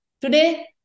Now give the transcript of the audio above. Today